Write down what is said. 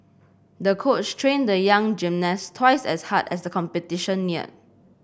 the coach trained the young gymnast twice as hard as the competition neared